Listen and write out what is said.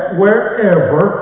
wherever